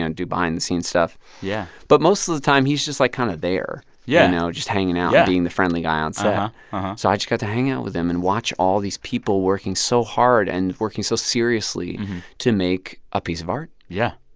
and do behind-the-scenes stuff yeah but most of the time, he's just, like, kind of there. yeah. you know, just hanging out and being the friendly guy on set. so i just got to hang out with him and watch all these people working so hard and working so seriously to make a piece of art yeah,